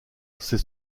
c’est